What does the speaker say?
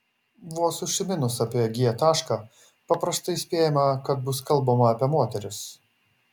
vos užsiminus apie g tašką paprastai spėjama kad bus kalbama apie moteris